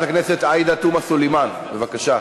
חברת הכנסת עאידה תומא סלימאן, בבקשה.